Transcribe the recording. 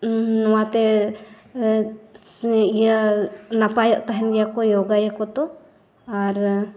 ᱱᱚᱣᱟᱛᱮ ᱤᱭᱟᱹ ᱱᱟᱯᱟᱭᱚᱜ ᱛᱟᱦᱮᱱ ᱜᱮᱭᱟ ᱠᱚ ᱡᱳᱜᱟᱭᱟᱠᱚ ᱛᱚ ᱟᱨ